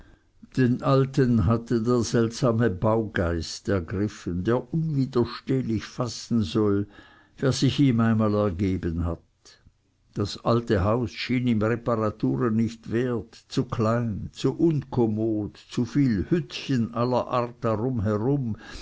den alten hatte der seltsame baugeist ergriffen der unwiderstehlich fassen soll wer sich ihm einmal ergeben hat das alte haus schien ihm reparaturen nicht wert zu klein zu unkommod zu viel hüttchen aller art darum herum